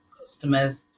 customers